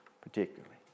Particularly